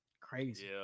Crazy